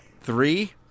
three